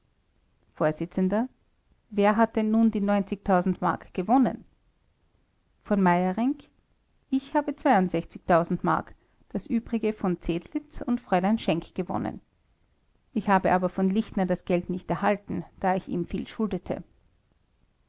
vors wer hat denn nun die mark gewonnen v m ich habe mark das übrige v zedlitz und fräulein schenk gewonnen ich habe aber von lichtner das geld nicht erhalten da ich ihm viel schuldete